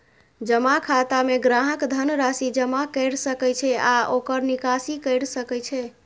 जमा खाता मे ग्राहक धन राशि जमा कैर सकै छै आ ओकर निकासी कैर सकै छै